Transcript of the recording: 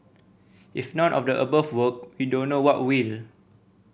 if none of the above work we don't know what will